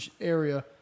area